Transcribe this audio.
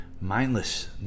mindless